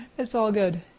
it's all good.